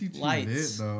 lights